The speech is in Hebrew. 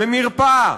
במרפאה,